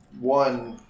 one